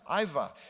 Iva